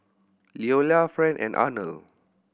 Leola Fran and Arnold